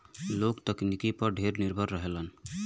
लोग तकनीकी पे ढेर निर्भर करलन